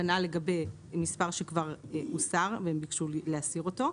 כנ"ל לגבי מספר שכבר הוסר והם ביקשו להסיר אותו,